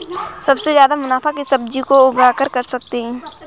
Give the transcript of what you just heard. सबसे ज्यादा मुनाफा किस सब्जी को उगाकर कर सकते हैं?